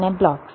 અને બ્લોક્સ